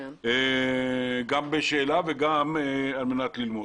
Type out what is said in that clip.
גם בשאלה וגם על מנת ללמוד.